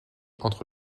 entre